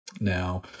Now